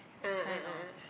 a'ah a'ah